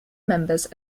members